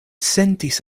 sentis